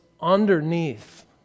underneath